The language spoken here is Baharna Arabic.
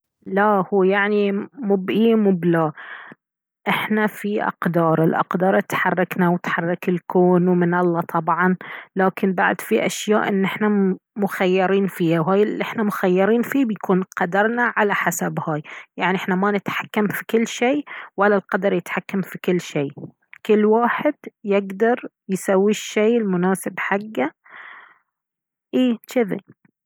لا هو يعني مب اي مب لا احنا في اقدار الأقدار تحركنا وتحرك الكون ومن الله طبعا لكن بعد في اشياء ان احنا مخيرين فيها وهاي الي احنا مخيرين فيه بيكون قدرنا على حسب هاي يعني احنا ما نتحكم في كل شي ولا القدر يتحكم في كل شي كل واحد يقدر يسوي الشي المناسب حقه اي جذي